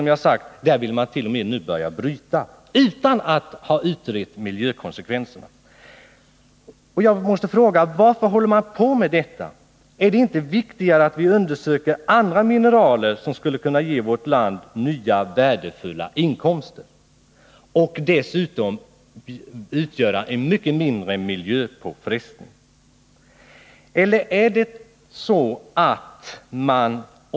Och i Pleutajokk vill man, som sagt, börja bryta utan att miljökonsekvenserna har blivit utredda. Jag måste fråga: Varför håller man på med detta? Är det inte viktigare att vi undersöker, om det finns andra mineraler som skulle kunna ge vårt land nya värdefulla inkomster och som 33 dessutom skulle medföra mycket mindre påfrestningar på miljön?